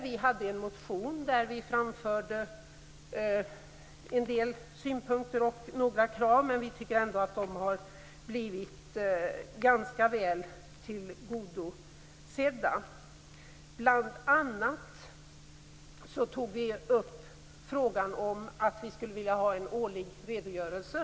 Vi hade en motion där vi framförde en del synpunkter och några krav. Men vi tycker att de har blivit ganska väl tillgodosedda. Vi tog bl.a. upp frågan om att vi skulle vilja ha en årlig redogörelse.